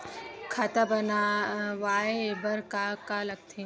खाता बनवाय बर का का लगथे?